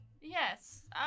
Yes